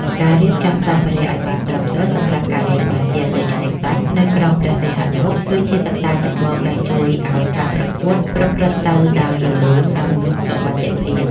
ការរៀបចំសម្ភារៈឱ្យបានត្រឹមត្រូវសម្រាប់ការលេងបាល់ទះលើឆ្នេរខ្សាច់នៅក្រុងព្រះសីហនុ គឺជាកត្តាចម្បងដែលជួយឱ្យការប្រកួតប្រព្រឹត្តទៅដោយរលូន និងមានសុវត្ថិភាព។